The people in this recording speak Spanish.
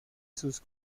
sus